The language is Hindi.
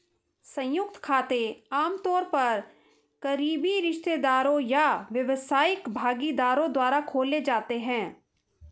संयुक्त खाते आमतौर पर करीबी रिश्तेदार या व्यावसायिक भागीदारों द्वारा खोले जाते हैं